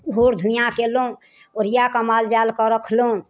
घूर धुइआँ कएलहुँ ओरिया कऽ मालजालके रखलहुँ